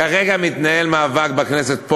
כרגע מתנהל מאבק בכנסת,